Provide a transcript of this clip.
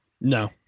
No